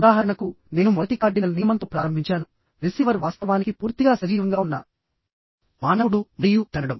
ఉదాహరణకు నేను మొదటి కార్డినల్ నియమంతో ప్రారంభించాను రిసీవర్ వాస్తవానికి పూర్తిగా సజీవంగా ఉన్న మానవుడు మరియు తన్నడం